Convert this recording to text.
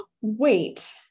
wait